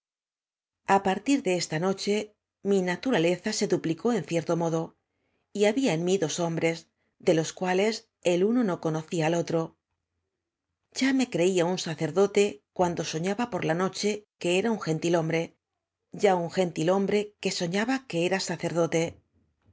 partir de esta noche m i naturaleza se du pilcó en cierto modo y había en m í dos hom bres de loa cuales el uno do conocía al otro ya me creía un sacerdote cuando soñaba por la no che que era un gentil-hombre ya un gentilhombre que sonaba que era sacerdote